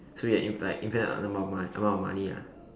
so you have infinite like infinite amount of mo~ amount of money lah